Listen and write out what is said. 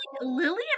Lily